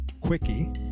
quickie